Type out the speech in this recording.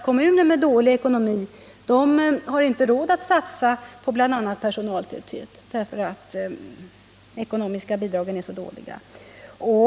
Kommuner med dålig ekonomi har inte råd att satsa på bl.a. personaltäthet därför att de ekonomiska bidragen är så dåliga.